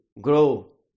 grow